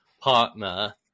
partner